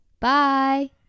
bye